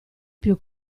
più